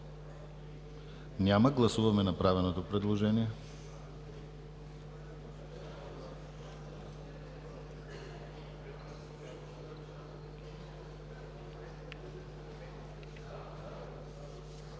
Няма. Гласуваме направеното предложение.